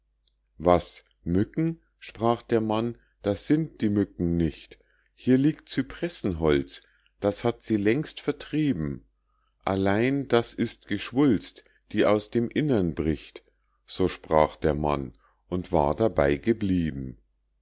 was mücken sprach der mann das sind die mücken nicht hier liegt cypressenholz das hat sie längst vertrieben allein das ist geschwulst die aus dem innern bricht so sprach der mann und war dabei geblieben